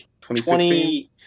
2016